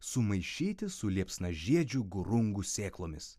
sumaišyti su liepsnažiedžių gurungų sėklomis